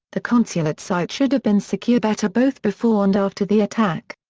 the consulate site should have been secured better both before and after the attack.